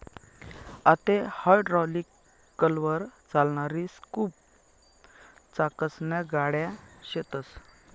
आते हायड्रालिकलवर चालणारी स्कूप चाकसन्या गाड्या शेतस